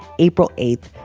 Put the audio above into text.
april eighth.